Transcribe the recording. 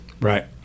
Right